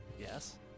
Yes